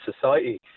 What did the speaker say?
society